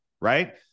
right